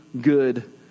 good